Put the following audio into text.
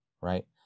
right